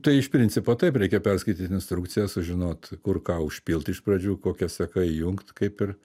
tai iš principo taip reikia perskaityt instrukcijas sužinot kur ką užpilt iš pradžių kokia seka įjungt kaip ir